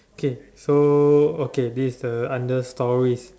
K so okay this is a under stories